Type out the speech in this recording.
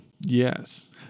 Yes